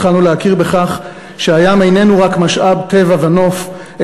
התחלנו להכיר בכך שהים איננו רק משאב טבע ונוף,